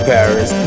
Paris